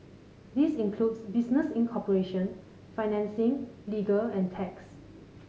this includes business incorporation financing legal and tax